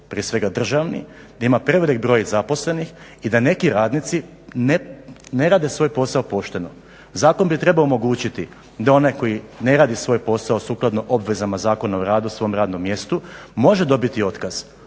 prije svega državni, gdje ima prevelik broj zaposlenih i da neki radnici ne rade svoj posao pošteno. Zakon bi trebao omogućiti da onaj tko ne radi svoj posao sukladno obvezama Zakona o radu svom radnom mjestu može dobiti otkaz